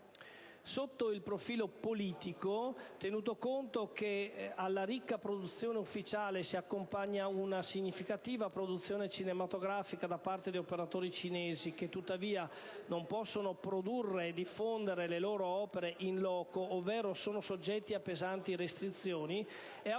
Sotto il profilo politico, tenuto conto che alla ricca produzione ufficiale si accompagna una significativa produzione cinematografica da parte di operatori cinesi, i quali tuttavia non possono produrre e diffondere le loro opere *in loco*, ovvero sono soggetti a pesanti restrizioni, è auspicabile